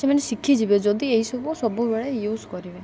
ସେମାନେ ଶିଖିଯିବେ ଯଦି ଏଇସବୁ ସବୁବେଳେ ୟୁଜ୍ କରିବେ